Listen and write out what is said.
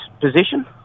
position